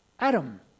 Adam